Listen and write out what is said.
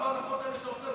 למה ההנחות האלה שאתה עושה?